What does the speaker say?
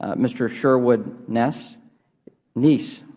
ah mr. sherwood neiss neiss,